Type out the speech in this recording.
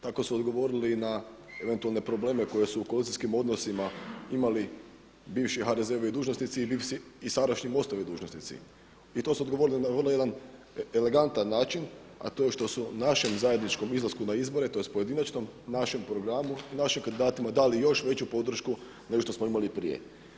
Tako su odgovorili na eventualne probleme koji su u koalicijskim odnosima imali bivši HDZ-ovi dužnosnici i sadašnji MOST-ovi dužnosnici i to su odgovorili na vrlo jedan elegantan način, a to je što su u našem zajedničkom izlasku na izbore tj. pojedinačnom, našem programu i našim kandidatima dali još veću podršku nego što smo imali prije.